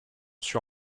sur